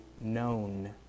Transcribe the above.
known